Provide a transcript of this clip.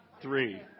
Three